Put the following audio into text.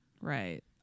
Right